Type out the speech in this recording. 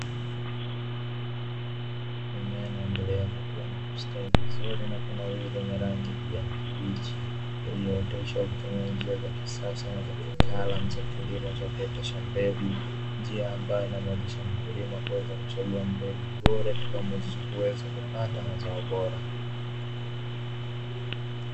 Mimea inaendelea kukua na kustawi vizuri na kunawiri yenye rangi ya kijani kibichi, iliyooteshwa kutumia njia za kisasa na zakitaalam za kilimo cha kuotesha mbegu, njia ambayo inamuwezesha mkulima kuweza kuchagua mbegu bora itakayo muwezesha kupata mazao bora.